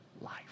life